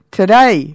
today